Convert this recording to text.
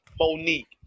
Monique